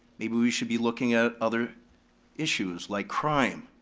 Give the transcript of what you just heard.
maybe we should be looking at other issues, like crime.